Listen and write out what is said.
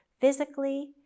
physically